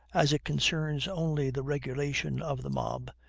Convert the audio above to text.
as it concerns only the regulation of the mob,